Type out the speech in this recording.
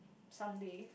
someday